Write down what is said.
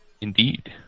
Indeed